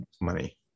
money